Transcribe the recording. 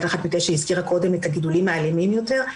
אחת מתשע הזכירה קודם את הגידולים האלימים יותר,